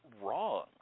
wrong